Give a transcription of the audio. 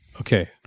okay